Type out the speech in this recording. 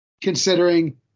considering